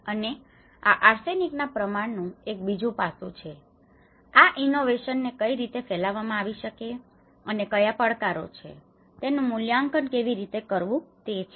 અને આ આર્સેનિક ના પ્રમાણ નું એક બીજું પાસું છે અને આ ઇનોવેશન ને કઈ રીતે ફેલાવવામાં આવી શકે અને ક્યાં પડકારો છે અને તેનું મૂલ્યાંકન કેવી રીતે કરવું તે છે